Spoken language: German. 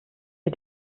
die